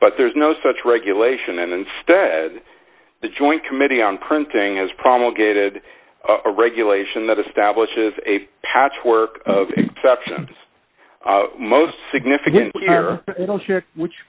but there is no such regulation and instead the joint committee on printing as promulgated a regulation that establishes a patchwork of exceptions most significant